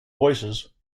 voices